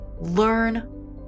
Learn